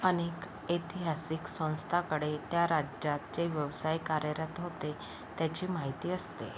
अनेक ऐतिहासिक संस्थांकडे त्या राज्यात जे व्यवसाय कार्यरत होते त्याची माहिती असते